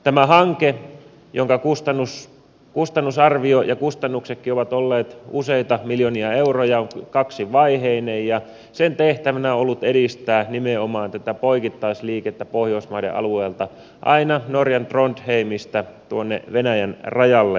tämä hanke jonka kustannusarvio ja kustannuksetkin ovat olleet useita miljoonia euroja on kaksivaiheinen ja sen tehtävänä on ollut edistää nimenomaan tätä poikittaisliikennettä pohjoismaiden alueelta aina norjan trondheimista tuonne venäjän rajalle saakka